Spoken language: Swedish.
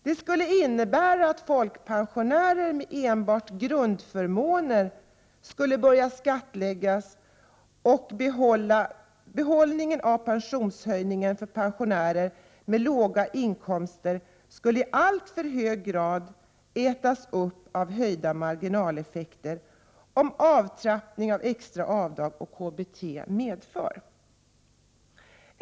Det skulle innebära att folkpensionärer med enbart grundförmånerna skulle börja skattläggas. Behållningen av pensionshöjningen för pensionärer med låga inkomster skulle i alltför hög grad ätas upp av de höjda marginaleffekter som avtrappning av extra avdrag och KBT medför.